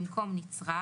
במקום "נצרך"